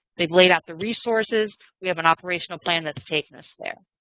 they've laid out the resources. we have an operational plan that's taking us there.